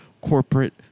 corporate